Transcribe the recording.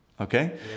okay